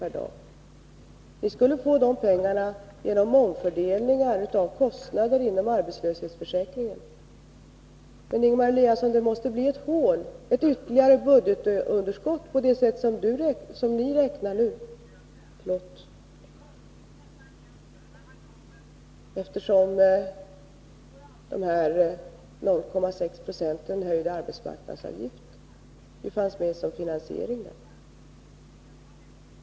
per dag. Ni skulle få de pengarna genom omfördelning av kostnader inom arbetslöshetsförsäkringen. Men, Ingemar Eliasson, det måste bli ett hål, ett ytterligare budgetunderskott med det sätt som ni nu räknar på — eftersom dessa 0,6 90 i arbetsmarknadsavgift finns med i den ursprungliga finansieringen.